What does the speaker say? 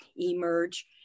Emerge